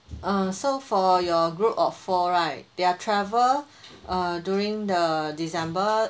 err so for your group of four right their travel err during the december